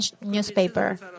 newspaper